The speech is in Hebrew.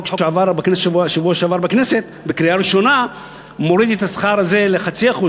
החוק שעבר בשבוע שעבר בכנסת בקריאה ראשונה מוריד את השכר הזה ל-0.5%,